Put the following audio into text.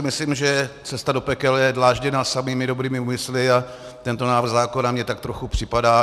Myslím si, že cesta do pekel je dlážděna samými dobrými úmysly, a tento návrh zákona mně tak trochu připadá...